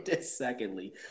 Secondly